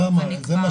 זה מה שחמור.